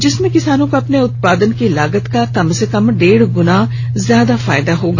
जिसमें किसानों को अपने उत्पादन की लागत का कम से कम डेढ़ गुना ज्यादा फायदा होगा